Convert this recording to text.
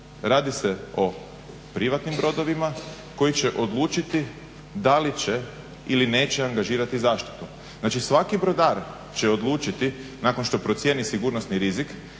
Radi se o privatnim brodovima koji će odlučiti da li će ili neće angažirati zaštitu. Znači svaki brodar će odlučiti nakon što procjeni sigurnosni rizik